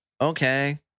Okay